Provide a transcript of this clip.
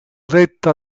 retta